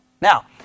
Now